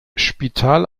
spital